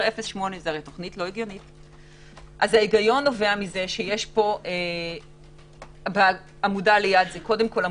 0.8. ההיגיון נובע מזה שיש פה עמודה של הגבלות,